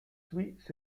suites